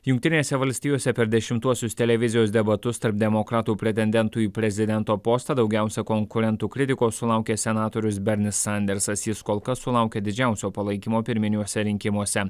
jungtinėse valstijose per dešimtuosius televizijos debatus tarp demokratų pretendentų į prezidento postą daugiausia konkurentų kritikos sulaukė senatorius bernis sandersas jis kol kas sulaukia didžiausio palaikymo pirminiuose rinkimuose